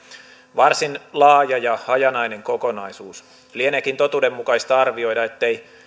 varsin laaja ja hajanainen kokonaisuus lieneekin totuudenmukaista arvioida ettei